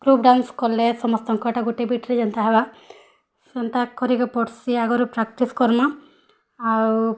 programme କଲେ ସମସ୍ତଙ୍କଟା ଗୋଟେ ବିଟରେ ଯେନ୍ତା ହେବା ସେନ୍ତା କରିବାକୁ ପଡ଼ସେ ଆଗରୁ ପ୍ରାକ୍ଟିକ୍ସ କର୍ମା ଆଉ